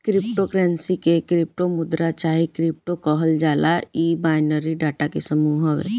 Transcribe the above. crypto currency के crypto मुद्रा चाहे क्रिप्टो कहल जाला इ बाइनरी डाटा के समूह हवे